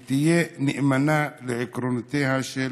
ותהיה נאמנה לעקרונותיה של